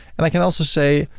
and i can also say,